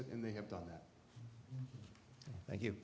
it and they have done that thank you